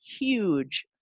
huge